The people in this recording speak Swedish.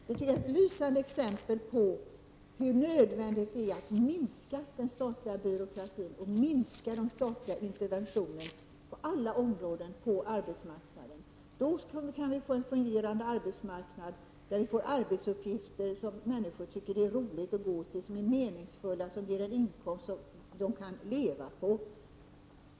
Det var ett belysande exempel på hur nödvändigt det är att minska den statliga byråkratin och interventionen på arbetsmarknadens alla områden. Då skulle vi kanske få en fungerande arbetsmarknad, där människor får arbetsuppgifter som de tycker är roliga och meningsfulla, och som ger en inkomst som de kan leva på.